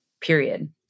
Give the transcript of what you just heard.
period